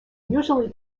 usually